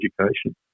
education